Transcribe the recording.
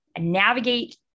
navigate